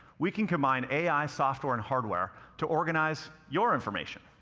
we can combine ai, software, and hardware to organize your information.